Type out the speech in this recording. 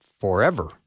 forever